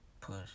Push